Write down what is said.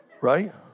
right